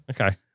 Okay